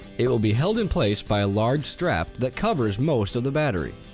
it will be held in place by a large strap the covers most of the battery,